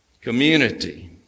community